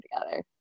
together